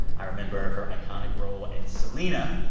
i remember her iconic role in selena.